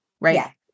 right